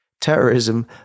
terrorism